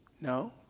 No